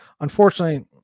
unfortunately